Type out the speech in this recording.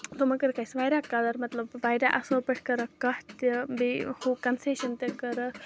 تِمو کٔرٕکھ اَسہِ واریاہ قَدر مطلب واریاہ اَصٕل پٲٹھۍ کٔرٕکھ کَتھ تہِ بیٚیہِ ہُہ کَنسیشَن تہِ کٔرٕکھ